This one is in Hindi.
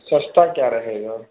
सस्ता क्या रहेगा